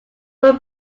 will